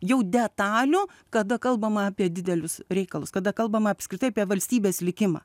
jau detalių kada kalbama apie didelius reikalus kada kalbama apskritai apie valstybės likimą